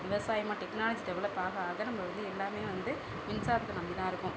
விவசாயமா technology develop ஆக ஆக நம்ம வந்து எல்லோருமே வந்து மின்சாரத்தை நம்பிதான் இருக்கோம்